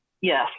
yes